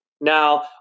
Now